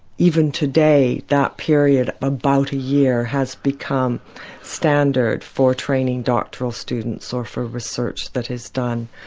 even today that period, about a year, has become standard for training doctoral students or for research that is done.